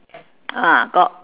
ah got